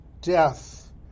death